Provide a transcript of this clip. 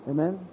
Amen